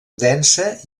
densa